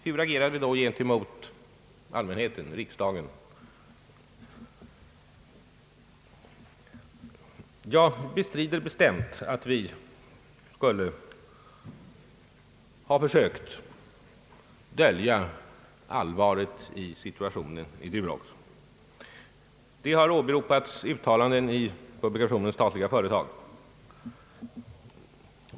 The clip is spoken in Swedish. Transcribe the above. Hur agerade då staten gentemot allmänheten och riksdagen? Jag bestrider bestämt att vi skulle ha försökt dölja allvaret i situationen när det gäller Durox. Det har åberopats uttalanden i publikationen Statliga företag.